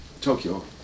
Tokyo